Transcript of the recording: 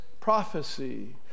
prophecy